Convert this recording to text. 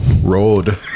road